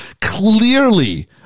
clearly